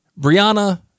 Brianna